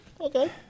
Okay